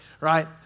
right